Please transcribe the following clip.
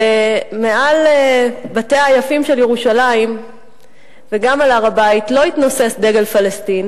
ומעל בתיה היפים של ירושלים וגם על הר-הבית לא התנוסס דגל פלסטין.